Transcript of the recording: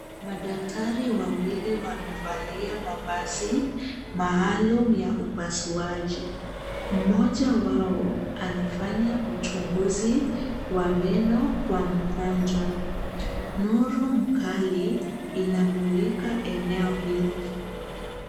Madaktari wawili wamevalia mavazi maalum ya upasuaji. Mmoja wao anafanya uchunguzi wa meno kwa mgonjwa. Nuru mkali inamulika eneo hilo.